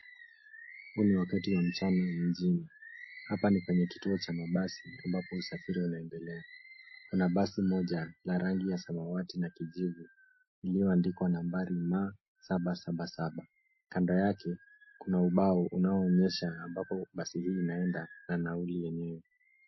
Huu ni wakati wa mchana mjini. Hapa ni kwenye kituo cha mabasi ambapo usafiri unaendelea. Kuna basi moja la rangi ya samawati na kijivu, iliyoandikwa nambari M777. Kando yake kuna ubao unoonyesha ambapo basi hii inaenda na nauli yenyewe.